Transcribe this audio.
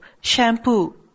shampoo